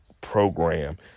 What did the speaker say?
program